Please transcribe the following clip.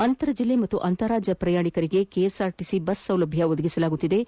ಅಂತರ್ಜಿಲ್ಲೆ ಮತ್ತು ಅಂತಾರಾಜ್ಞ ಪ್ರಯಾಣಿಕರಿಗೆ ಕೆಎಸ್ಆರ್ಟಿಸಿ ಬಸ್ ಸೌಲಭ್ಞ ಒದಗಿಸುತ್ತಿದ್ದು